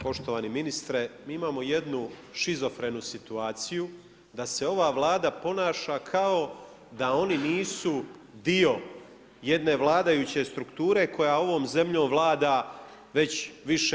Poštovani ministre, mi imamo jednu shizofrenu situaciju, da se ova vlada ponaša kao da oni nisu dio jedne vladajuće strukture koja ovom zemljom vlada već više